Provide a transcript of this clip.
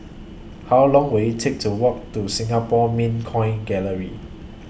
How Long Will IT Take to Walk to Singapore Mint Coin Gallery